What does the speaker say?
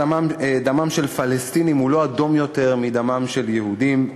דמם של פלסטינים הוא לא אדום יותר מדמם של יהודים,